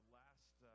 last